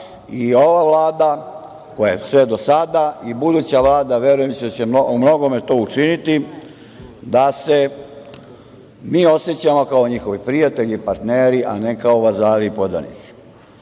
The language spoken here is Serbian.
i ova Vlada koja je sve do sada i buduća Vlada verujem da će u mnogome to učiniti da se mi osećamo kao njihovi prijatelji, partneri a ne kao vazali i podanici. Što